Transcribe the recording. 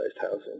housing